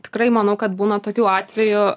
tikrai manau kad būna tokių atvejų